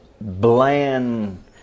bland